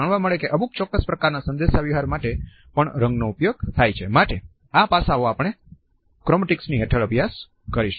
માટે આ પાસાઓ આપણે ક્રોમેટીક્સની હેઠળ અભ્યાસ કરશું